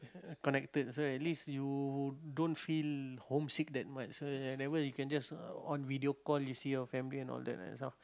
connected so at least you don't feel homesick that much whenever you can just uh on video call you see your family and all that uh so